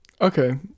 Okay